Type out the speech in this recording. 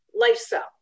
lifestyle